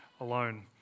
alone